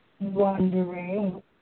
wondering